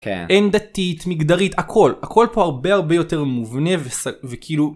כן. אינדתית, מגדרית, הכל, הכל פה הרבה הרבה יותר מובנה וס... וכאילו...